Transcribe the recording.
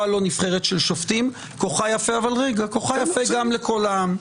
לא נבחרת של שופטים כוחה יפה גם ל"קול העם".